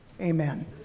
amen